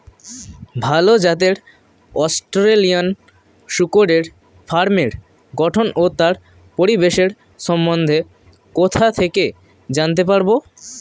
ভাল জাতের অস্ট্রেলিয়ান শূকরের ফার্মের গঠন ও তার পরিবেশের সম্বন্ধে কোথা থেকে জানতে পারবো?